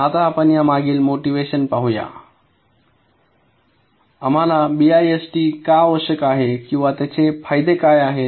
आता आपण या मागील मोटिवेशन पाहूया आम्हाला बीआयएसटी का आवश्यक आहे आणि त्याचे फायदे काय आहेत